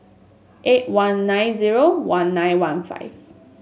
eight one nine zero one nine one five